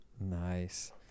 nice